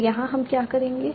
तो यहाँ हम क्या करेंगे